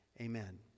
Amen